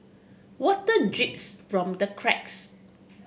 water drips from the cracks